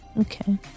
okay